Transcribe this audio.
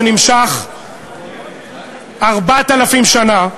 שנמשך 4,000 שנה.